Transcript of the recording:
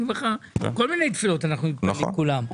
כל מיני תפילות אנחנו מתפללים כולם,